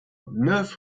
neuf